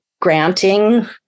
granting